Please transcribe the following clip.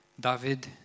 David